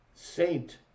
saint